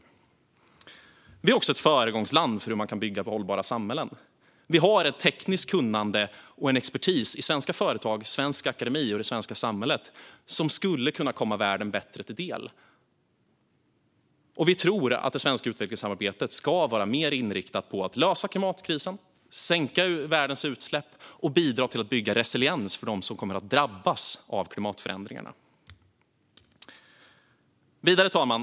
Sverige är också ett föregångsland när det gäller hur man kan bygga hållbara samhällen. Vi har ett tekniskt kunnande och en expertis i svenska företag, i svensk akademi och i det svenska samhället som skulle kunna komma världen bättre till del. Vi tycker att det svenska utvecklingssamarbetet ska vara mer inriktat på att lösa klimatkrisen, sänka världens utsläpp och bidra till att bygga resiliens för dem som kommer att drabbas av klimatförändringarna. Herr talman!